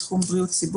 אני אתן דוגמא לרצינות,